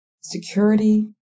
security